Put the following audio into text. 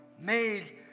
made